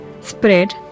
spread